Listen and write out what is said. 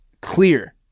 clear